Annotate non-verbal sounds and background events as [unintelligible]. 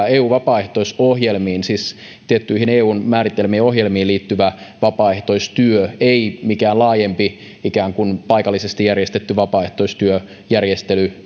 [unintelligible] eun vapaaehtoisohjelmiin siis tiettyihin eun määrittelemiin ohjelmiin liittyvä vapaaehtoistyö ei mikään laajempi ikään kuin paikallisesti järjestetty vapaaehtoistyöjärjestely [unintelligible]